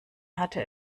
hatte